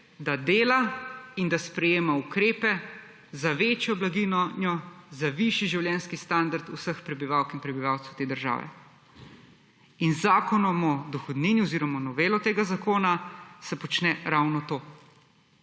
da dela in da sprejema ukrepe za večjo blaginjo, za višji življenjski standard vseh prebivalk in prebivalcev te države in z Zakonom o dohodnini oziroma novelo tega zakona se počne ravno to.